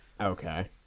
Okay